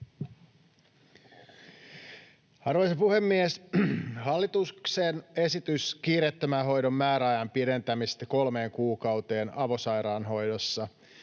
Arvoisa puhemies! Hallituksen esitys kiireettömän hoidon määräajan pidentämisestä kolmeen kuukauteen avosairaanhoidossa